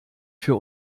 für